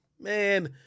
Man